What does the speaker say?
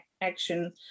action